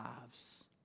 lives